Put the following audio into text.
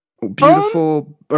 beautiful